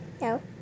No